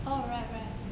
orh right right